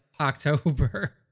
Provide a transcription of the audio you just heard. october